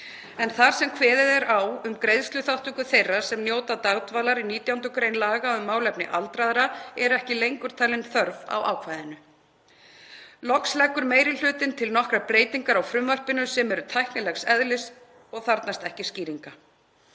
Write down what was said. en þar sem kveðið er á um greiðsluþátttöku þeirra sem njóta dagdvalar í 19. gr. laga um málefni aldraðra er ekki lengur talin þörf á ákvæðinu. Loks leggur meiri hlutinn til nokkrar breytingar á frumvarpinu sem eru tæknilegs eðlis og þarfnast ekki skýringa.